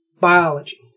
Biology